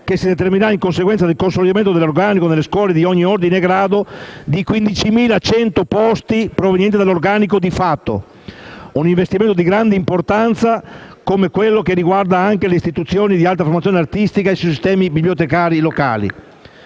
che si determinerà in conseguenza del consolidamento dell'organico delle scuole di ogni ordine e grado di 15.100 posti provenienti dall'organico di fatto. Si tratta di un investimento di grande importanza, come di grande importanza sono gli interventi sulle istituzioni di alta formazione artistica e sui sistemi bibliotecari locali.